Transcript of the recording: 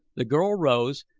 the girl rose,